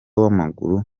w’amaguru